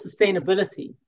sustainability